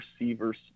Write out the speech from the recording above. receivers